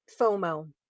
FOMO